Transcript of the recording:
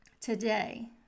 today